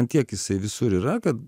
ant tiek jisai visur yra kad